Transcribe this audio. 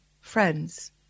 friends